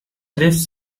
lifts